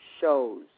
shows